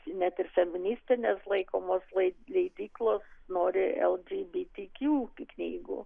net ir feministinės laikomos lai leidyklos nori el dži pi ti kju knygų